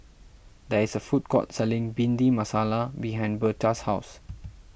there is a food court selling Bhindi Masala behind Berta's house